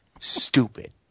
Stupid